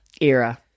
Era